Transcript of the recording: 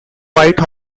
white